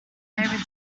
returned